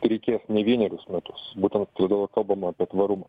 reikės ne vienerius metus būtent todėl ir kalbama apie tvarumą